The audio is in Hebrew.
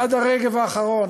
עד הרגב האחרון,